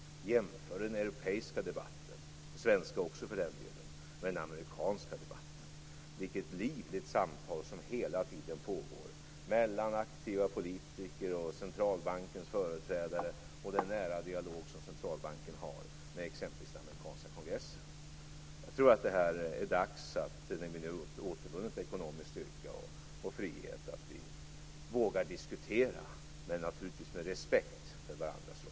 Jämför den europeiska debatten, den svenska också för den delen, med den amerikanska: vilket livligt samtal som hela tiden pågår mellan aktiva politiker och centralbankens företrädare och den nära dialog som centralbanken har med exempelvis den amerikanska kongressen. Jag tror att det är dags att vi, när vi nu återvunnit ekonomisk styrka och frihet, vågar diskutera men naturligtvis med respekt för varandras roller.